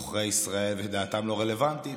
עוכרי ישראל ודעתם לא רלוונטית.